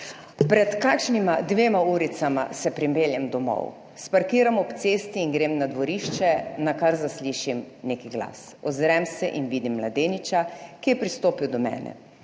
Pred kakšnima dvema uricama se pripeljem domov. Spakiram ob cesti in grem na dvorišče, na kar zaslišim nek glas. Ozrem se in vidim mladeniča, ki je pristopil do mene.